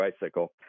bicycle